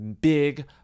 big